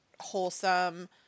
wholesome